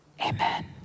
Amen